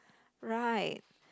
right